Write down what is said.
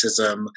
racism